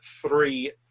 three